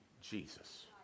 Jesus